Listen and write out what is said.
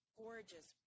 gorgeous